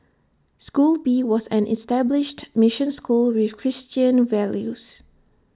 school B was an established mission school with Christian values